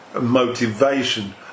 motivation